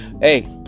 hey